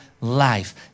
life